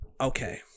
Okay